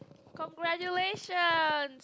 congratulation